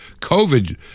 COVID